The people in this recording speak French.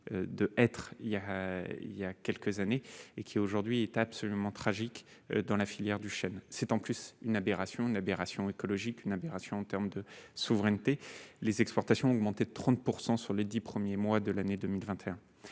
il y a, il y a quelques années et qui aujourd'hui est absolument tragique dans la filière du chêne, c'est en plus une aberration, une aberration écologique, une aberration en termes de souveraineté, les exportations ont augmenté de 30 % sur les 10 premiers mois de l'année 2021,